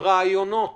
רעיונות